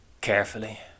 Carefully